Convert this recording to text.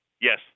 Yes